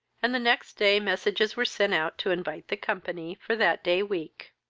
and the next day messages were sent out to invite the company for that day week.